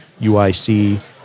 UIC